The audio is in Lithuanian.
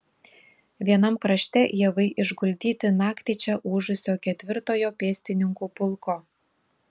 vienam krašte javai išguldyti naktį čia ūžusio ketvirtojo pėstininkų pulko